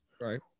Right